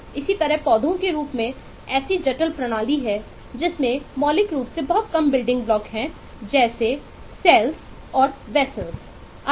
इसी तरह पौधों के रूप में ऐसी जटिल प्रणाली है जिसमें मौलिक रूप से बहुत कम बिल्डिंग ब्लॉक आदि